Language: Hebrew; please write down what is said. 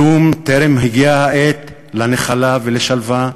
כלום טרם הגיעה העת לנחלה ולשלווה,